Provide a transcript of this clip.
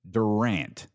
Durant